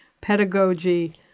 pedagogy